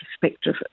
perspective